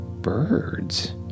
birds